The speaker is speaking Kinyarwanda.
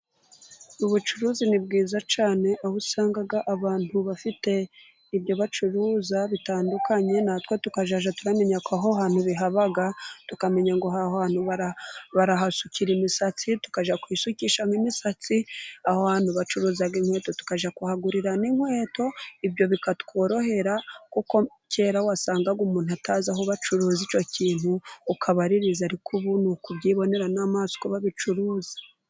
Ubucuruzi ni bwiza cyane, aho usanga abantu bafite ibyo bacuruza bitandukanye, natwe tukazajya tumenya ko aho hantu bihaba, tukamenya ngo aho hantu bahasukira imisatsi, tukajya kwisukisha imisatsi, aho hantu bacuruza inkweto tukajya kuhagurira n'inkweto. Ibyo bikatworohera kuko kera wasangaga umuntu atazi aho bacuruza icyo kintu, ukabaririza ariko ubu ni ukubyibonera n'amaso babicuruza.